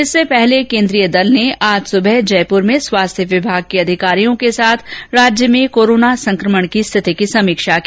इससे पहले केन्द्रीय दल ने आज सुबह जयपुर में स्वास्थ्य विभाग के अधिकारियों के साथ राज्य में कोरोना संक्रमण की स्थिति की समीक्षा की